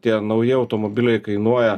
tie nauji automobiliai kainuoja